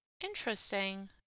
Interesting